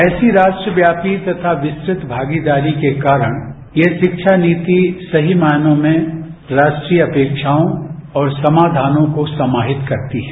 ऐसी राष्ट्रव्यापी तथा विस्तृत भागीदारी के कारण ये शिक्षा नीति सही मायनों में राष्ट्रीय अपेक्षाओं और समाधानों को समाहित करती है